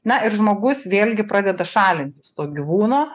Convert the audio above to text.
na ir žmogus vėlgi pradeda šalintis to gyvūno